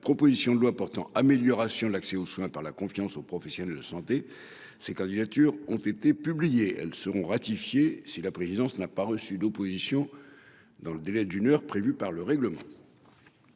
proposition de loi portant amélioration de l'accès aux soins par la confiance aux professionnels de santé ont été publiées. Ces candidatures seront ratifiées si la présidence n'a pas reçu d'opposition dans le délai d'une heure prévu par notre règlement.